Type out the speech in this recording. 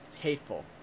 hateful